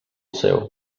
seu